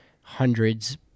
hundreds